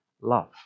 love